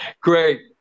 great